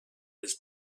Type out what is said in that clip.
his